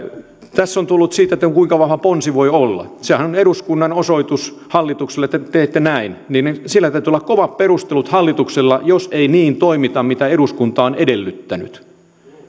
tässä on kysytty siitä kuinka vahva ponsi voi olla sehän on eduskunnan osoitus hallitukselle että teette näin siinä täytyy olla kovat perustelut hallituksella jos ei niin toimita kuin eduskunta on edellyttänyt